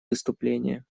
выступление